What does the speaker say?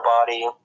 body